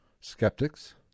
Skeptics